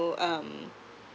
will um